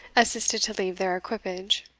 assisted to leave their equipage.